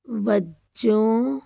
ਵਜੋਂ